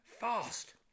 fast